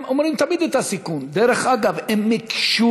הם אומרים תמיד את הסיכון, דרך אגב, הם הקשו.